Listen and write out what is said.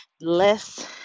less